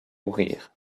mourir